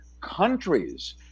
countries